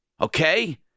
Okay